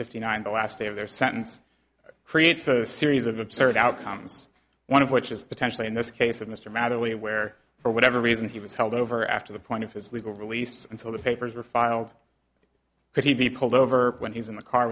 fifty nine the last day of their sentence creates a series of absurd outcomes one of which is potentially in this case of mr maddow where for whatever reason he was held over after the point of his legal release until the papers were filed could he be pulled over when he's in the car